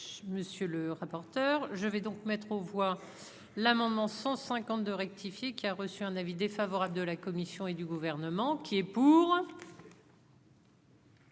monsieur le rapporteur, je vais donc mettre aux voix l'amendement 152 rectifié, qui a reçu un avis défavorable de la Commission et du gouvernement qui est.